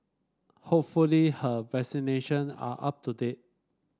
hopefully her vaccination are up to date